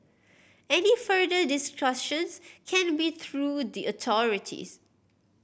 any further discussions can be through the authorities